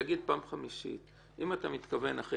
אני אגיד פעם נוספת: אם אתה מתכוון אחרי